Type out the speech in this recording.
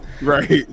right